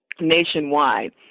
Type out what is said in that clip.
nationwide